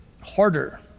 harder